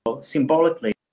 Symbolically